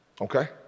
okay